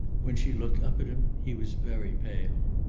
when she looked up at him he was very pale.